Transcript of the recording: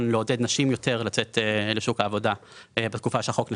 לעודד נשים יותר לצאת לשוק העבודה בתקופה שבה החוק נחקק,